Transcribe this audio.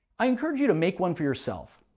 i encourage you to make one for yourself.